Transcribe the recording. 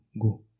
go